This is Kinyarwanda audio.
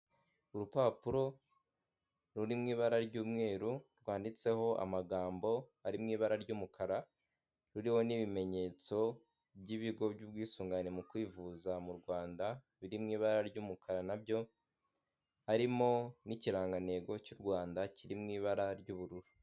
Urupapuro ruri mu ibara ry'umweru rwanditseho amagambo ari mu ibara ry'umukara, ruriho n'ibimenyetso by'ibigo by'ubwisungane mu kwivuza mu Rwanda, biri ibara ry'umukara, na byo harimo n'ikirangantego cy'u Rwanda kiri mu ibara ry'ubururu.